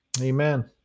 Amen